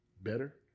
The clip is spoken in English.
better